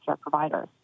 providers